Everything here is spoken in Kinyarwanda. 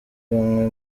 bamwe